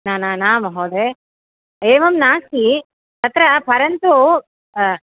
न न न महोदय एवं नास्ति अत्र परन्तु